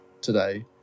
today